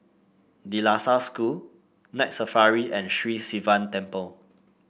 De La Salle School Night Safari and Sri Sivan Temple